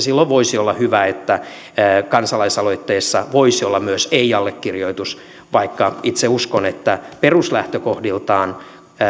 silloin voisi olla hyvä että kansalaisaloitteessa voisi olla myös ei allekirjoitus vaikka itse uskon että peruslähtökohdiltaan